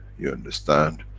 you understand,